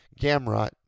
Gamrot